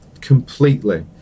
completely